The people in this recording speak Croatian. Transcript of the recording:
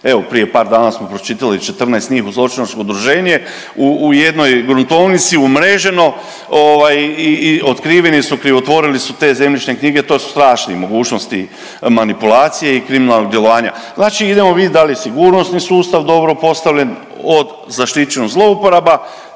Evo prije par dana smo pročitali 14 njih u zločinačko udruženje u jednoj gruntovnici umreženo ovaj i otkriveni su, krivotvorili su te zemljišne knjige, to su strašne mogućnosti manipulacije i kriminalnog djelovanja. Znači idemo vidjeti da li je sigurnosni sustav dobro postavljen od zaštićen od zlouporaba,